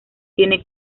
tiene